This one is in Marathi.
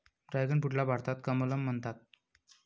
ड्रॅगन फ्रूटला भारतात कमलम म्हणतात